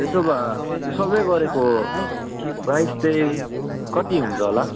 त्यसो भए त्यो सबै गरेको प्राइस चाहिँ कति हुन्छ होला